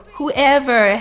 Whoever